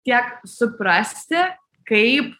tiek suprasti kaip